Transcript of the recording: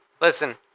Listen